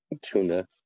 Tuna